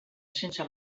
sense